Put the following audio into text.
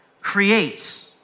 creates